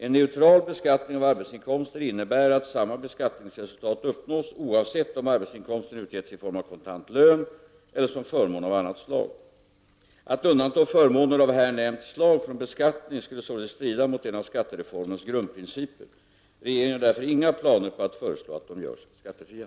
En neutral beskattning av arbetsinkomster innebär att samma beskattningsresultat uppnås oavsett om arbetsinkomsten utgetts i form av kontant lön eller som förmån av annat slag. Att undanta förmåner av här nämnt slag från beskattning skulle således strida mot en av skattereformens grundprinciper. Regeringen har därför inga planer på att föreslå att de görs skattefria.